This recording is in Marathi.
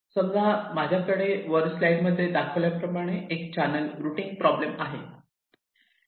समजा माझ्याकडे वर स्लाईड मध्ये दाखवल्याप्रमाणे एक चॅनल रुटींग प्रॉब्लेम आहे